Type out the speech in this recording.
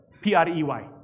P-R-E-Y